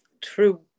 true